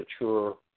mature